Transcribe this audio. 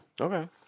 Okay